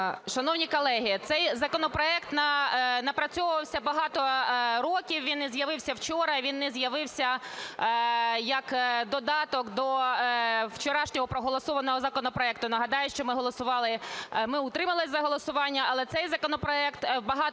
Шановні колеги, цей законопроект напрацьовувався багато років, він не з'явився вчора, він не з'явився як додаток до вчорашнього проголосованого законопроекту. Нагадаю, що ми голосували, ми утримались від голосування, але цей законопроект багато в